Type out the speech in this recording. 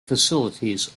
facilities